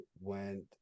went